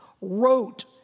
wrote